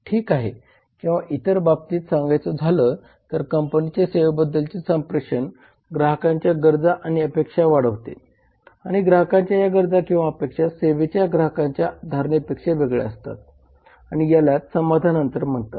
ठीक आहे किंवा इतर बाबतीत सांगायच झाल तर कंपनीचे सेवेबद्दलचे संप्रेषण ग्राहकांच्या गरजा आणि अपेक्षा वाढवते आणि ग्राहकांच्या या गरजा किंवा अपेक्षा सेवेच्या ग्राहकांच्या धारणेपेक्षा वेगळ्या असतात आणि यालाच समाधान अंतर म्हणतात